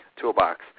Toolbox